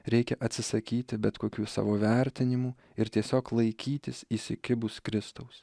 reikia atsisakyti bet kokių savo vertinimų ir tiesiog laikytis įsikibus kristaus